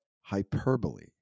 hyperbole